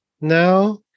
now